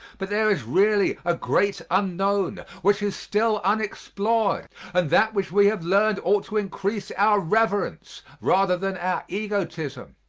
but there is really a great unknown which is still unexplored and that which we have learned ought to increase our reverence rather than our egotism.